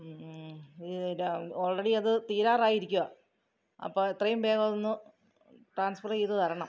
already അത് തീരാറായി ഇരിക്കുകയാണ് അപ്പോള് എത്രയും വേഗം അതൊന്ന് ട്രാൻസ്ഫെറേയ്ത് തരണം